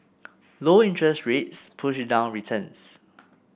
low interest rates push down returns